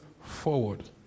forward